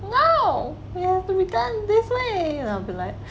no we have to return this way then I'll be like